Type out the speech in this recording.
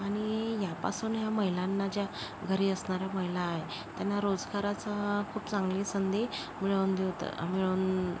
आणि ह्यापासून ह्या महिलांना ज्या घरी असणाऱ्या महिला आहे त्यांना रोजगाराचं खूप चांगली संधी मिळवून देत मिळवून